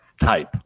type